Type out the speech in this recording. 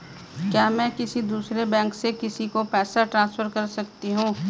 क्या मैं किसी दूसरे बैंक से किसी को पैसे ट्रांसफर कर सकती हूँ?